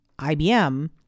IBM